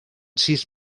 sis